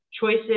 choices